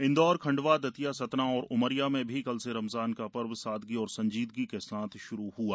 इंदौर खंडवा दतिया सतना और उमरिया में भी कल से रमजान का पर्व सादगी और संजीदगी के श्रु हआ